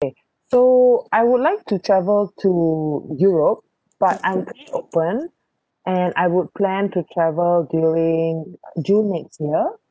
okay so I would like to travel to europe but I'm open and I would plan to travel during june next year